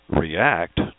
react